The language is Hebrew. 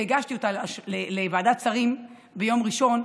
שהגשתי לוועדת שרים ביום ראשון,